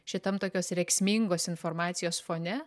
šitam tokios rėksmingos informacijos fone